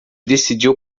decidiu